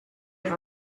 have